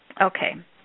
Okay